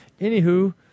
Anywho